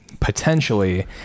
potentially